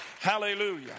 Hallelujah